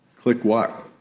click what